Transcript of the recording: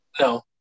No